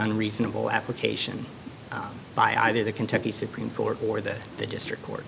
unreasonable application by either the kentucky supreme court or the the district court